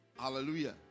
hallelujah